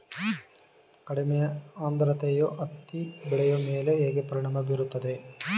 ಕಡಿಮೆ ಆದ್ರತೆಯು ಹತ್ತಿ ಬೆಳೆಯ ಮೇಲೆ ಹೇಗೆ ಪರಿಣಾಮ ಬೀರುತ್ತದೆ?